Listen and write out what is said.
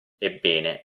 ebbene